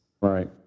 Right